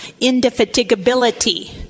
indefatigability